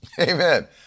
Amen